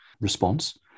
response